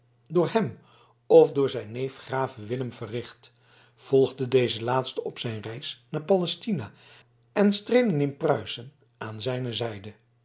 door hem of door zijn neef grave willem verricht volgden dezen laatste op zijn reis naar palestina en streden in pruisen aan zijne zijde